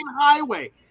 highway